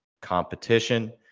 competition